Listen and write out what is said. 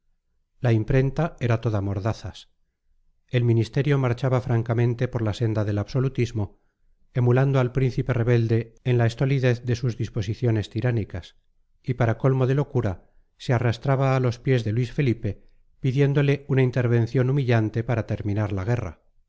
la imprenta era toda mordazas el ministerio marchaba francamente por la senda del absolutismo emulando al príncipe rebelde en la estolidez de sus disposiciones tiránicas y para colmo de locura se arrastraba a los pies de luis felipe pidiéndole una intervención humillante para terminar la guerra